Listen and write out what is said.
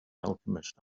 alchemist